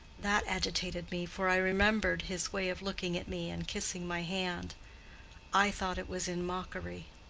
that agitated me, for i remembered his way of looking at me and kissing my hand i thought it was in mockery.